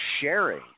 sharing